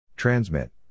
Transmit